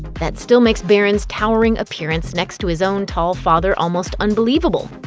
that still makes barron's towering appearance next to his own tall father almost unbelievable.